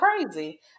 crazy